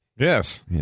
Yes